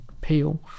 Peel